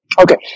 Okay